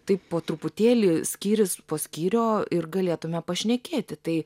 taip po truputėlį skyrius po skyrio ir galėtume pašnekėti tai